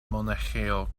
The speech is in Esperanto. monaĥejo